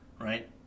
Right